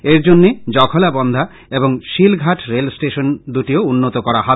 এরজন্য জখলাবন্ধা এবং শিলঘাট রেলষ্টেশন দুটিও উন্নত করা হবে